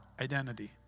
identity